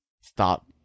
stop